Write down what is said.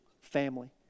family